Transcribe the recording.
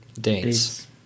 Dates